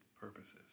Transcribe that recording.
purposes